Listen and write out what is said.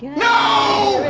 no!